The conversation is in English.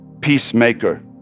peacemaker